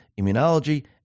immunology